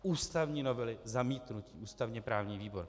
Ústavní novely zamítnutí ústavněprávní výbor.